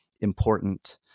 important